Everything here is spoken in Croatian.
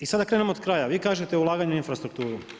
I sada krenem od kraja, vi kažete ulaganje u infrastrukturu.